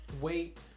wait